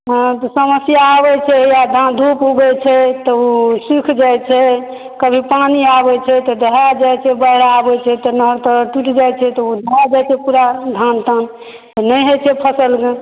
हँ तऽ समस्या आबै छै इएह धान धूप उगै छै तऽ ओ सूखि जाइ छै कभी पानि आबै छै तऽ दहा जाइ छै बाढि आबै छै तऽ नहर तहर टूटि नहि होइ छै तऽ ओ दहा जाइ छै पूरा धान तान तऽ नहि होइ छै फसल